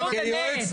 נו, באמת.